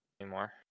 anymore